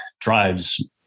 drives